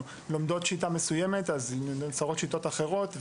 לומדים שיטה מסוימת אז נוצרות שיטות אחרות.